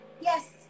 yes